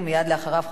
ומייד לאחריו,